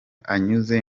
anyuze